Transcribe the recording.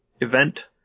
event